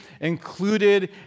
included